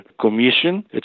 commission